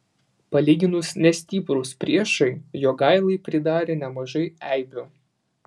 palyginus nestiprūs priešai jogailai pridarė nemažai eibių